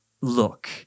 look